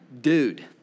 dude